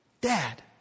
Dad